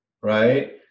right